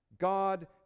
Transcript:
God